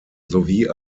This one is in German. sowie